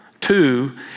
Two